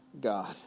God